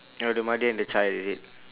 ya the mother and the child is it